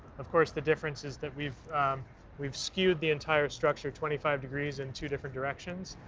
of course, the difference is that we've we've skewed the entire structure twenty five degrees in two different directions,